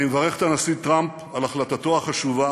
אני מברך את הנשיא טראמפ על החלטתו החשובה